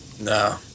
No